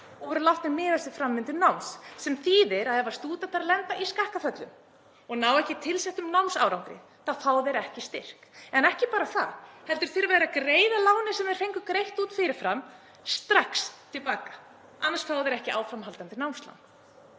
og voru látnir miðast við framvindu náms, sem þýðir að ef stúdentar lenda í skakkaföllum og ná ekki tilsettum námsárangri þá fá þeir ekki styrk. En ekki bara það, heldur þurfa þeir að greiða lánin sem þeir fengu greidd út fyrir fram strax til baka. Annars fá þeir ekki áframhaldandi námslán.